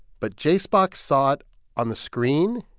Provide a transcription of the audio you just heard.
but jspoc saw it on the screen.